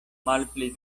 malpli